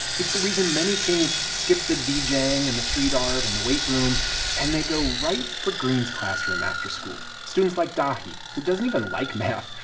it's the reason many kings skip the deejaying and the street art and the weight room and they go right for greene's classroom after school, students like dahi, who doesn't even like math,